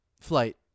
Flight